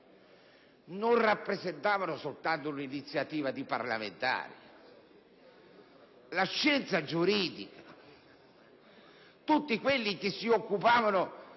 non rappresentavano soltanto un'iniziativa dei parlamentari. La scienza giuridica e tutti coloro che si occupavano